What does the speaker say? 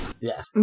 Yes